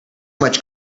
much